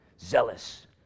Zealous